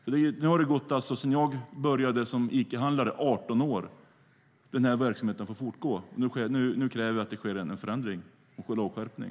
Sedan jag började som Icahandlare har det nu gått 18 år som den här verksamheten har fått fortgå. Nu kräver vi att det sker en förändring och en lagskärpning.